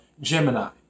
Gemini